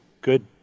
good